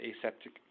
aseptic